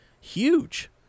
huge